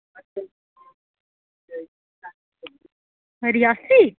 Reasi